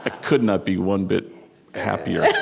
ah could not be one bit happier